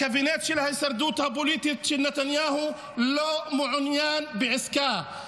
הקבינט של ההישרדות הפוליטית של נתניהו לא מעוניין בעסקה,